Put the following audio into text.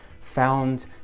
found